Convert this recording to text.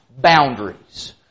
boundaries